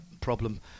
problem